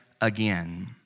again